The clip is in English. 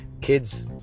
kids